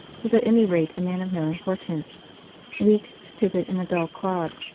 was at any rate a man of no importance weak, stupid, and a dull clod,